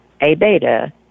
A-beta